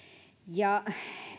ja